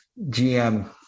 GM